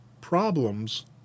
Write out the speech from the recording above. problems